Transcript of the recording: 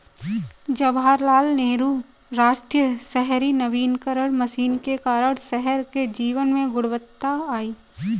जवाहरलाल नेहरू राष्ट्रीय शहरी नवीकरण मिशन के कारण शहर के जीवन में गुणवत्ता आई